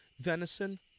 venison